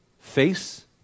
face